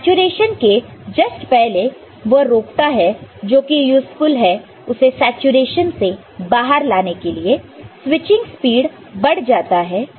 तो सेचूरेशन के जस्ट पहले वह रोकता है जो की यूसफुल है उसे सेचूरेशन से बाहर लाने के लिए स्विचिंग स्पीड बढ़ जाता है